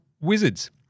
Wizards